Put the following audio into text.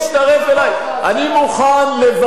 אני מוכן לוותר על הזמן שלי,